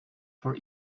for